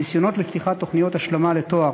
ניסיונות לפתיחת תוכניות השלמה לתואר